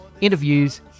interviews